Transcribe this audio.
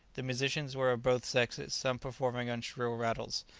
the musicians were of both sexes, some performing on shrill rattles,